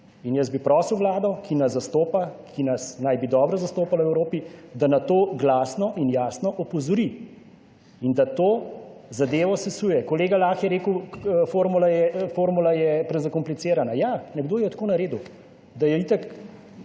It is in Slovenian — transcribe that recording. in jaz bi prosil vlado, ki nas zastopa, ki nas naj bi dobro zastopala v Evropi, da na to glasno in jasno opozori in da to zadevo sesuje. Kolega Lah je rekel, formula je prezakomplicirana. Ja, nekdo jo je tako naredil, da jo itak